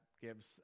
gives